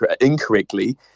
incorrectly